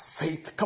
faith